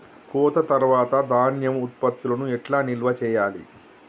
కోత తర్వాత ధాన్యం ఉత్పత్తులను ఎట్లా నిల్వ చేయాలి?